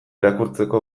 irakurtzeko